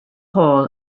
hall